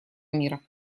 мира